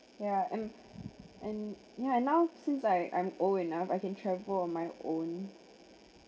yeah and and ya now since like I'm old enough I can travel on my own